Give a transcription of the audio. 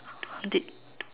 did